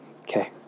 Okay